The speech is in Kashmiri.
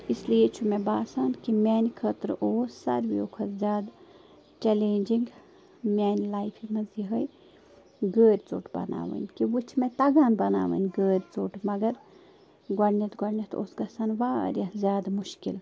اسلیے چھُ مےٚ باسان کہِ میٛانہِ خٲطرٕ اوس ساروِیو کھۄت زیادٕ چَلینجِنٛگ میٛانہِ لایفہِ منٛز یِہوٚے گٲرۍ ژوٚٹ بَناوٕنۍ کہِ وۄنۍ چھِ مےٚ تَگان بَناوٕنۍ گٲرۍ ژوٚٹ مگر گۄڈٕنٮ۪تھ گۄڈٕنٮ۪تھ اوس گژھان واریاہ زیادٕ مُشکِل